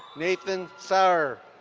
nathan sour.